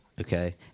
Okay